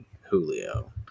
Julio